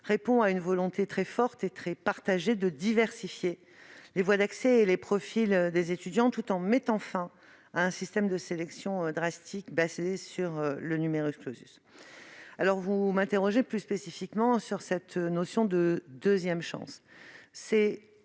répond à une volonté très forte et très partagée de diversifier les voies d'accès et les profils des étudiants tout en mettant fin à un système de sélection rigoureux fondé sur le. Vous m'interrogez, plus spécifiquement, sur la notion de deuxième chance.